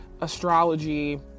astrology